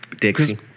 Dixie